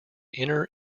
inner